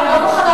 אני לא מוכנה,